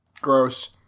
Gross